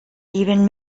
even